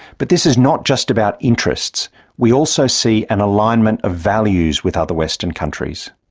but this is not just about interests we also see an alignment of values with other western countries.